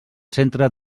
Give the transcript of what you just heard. centre